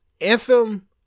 Anthem